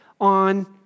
on